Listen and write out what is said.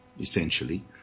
essentially